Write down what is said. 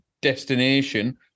destination